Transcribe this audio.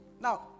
Now